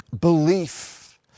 belief